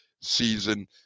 season